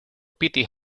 pete